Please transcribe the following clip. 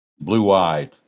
blue-eyed